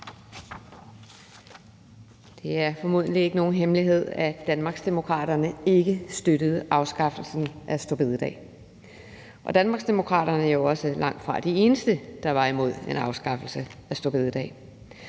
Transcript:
Det er formodentlig ikke nogen hemmelighed, at Danmarksdemokraterne ikke støttede afskaffelsen af store bededag, og Danmarksdemokraterne var jo også langtfra de eneste, der var imod en afskaffelse af store bededag.